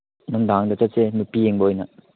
ꯅꯨꯡꯗꯥꯡꯗ ꯆꯠꯁꯦ ꯅꯨꯄꯤ ꯌꯦꯡꯕ ꯑꯣꯏꯅ